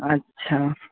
আচ্ছা